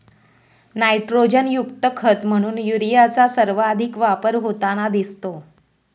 नायट्रोजनयुक्त खत म्हणून युरियाचा सर्वाधिक वापर होताना दिसतो